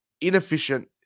inefficient